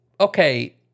Okay